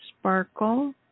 Sparkle